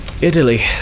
Italy